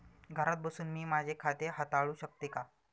घरात बसून मी माझे खाते हाताळू शकते का?